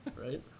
Right